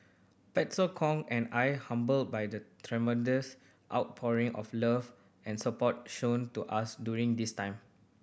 Pastor Kong and I humbled by the tremendous outpouring of love and support shown to us during this time